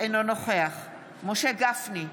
אינו נוכח משה גפני,